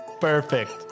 Perfect